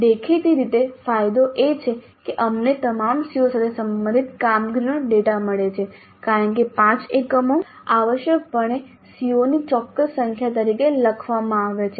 દેખીતી રીતે ફાયદો એ છે કે અમને તમામ CO સાથે સંબંધિત કામગીરીનો ડેટા મળે છે કારણ કે 5 એકમો આવશ્યકપણે CO ની ચોક્કસ સંખ્યા તરીકે લખવામાં આવે છે